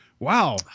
Wow